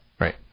Right